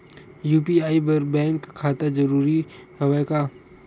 UPI बर bank खाता जरूरी हवय का?